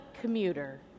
commuter